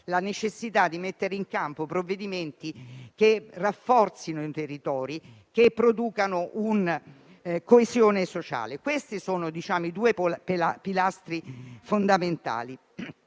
la necessità di mettere in campo provvedimenti che rafforzino i territori e producano coesione sociale. Questi sono i due pilastri fondamentali,